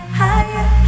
higher